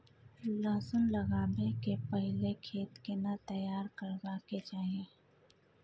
लहसुन लगाबै के पहिले खेत केना तैयार करबा के चाही?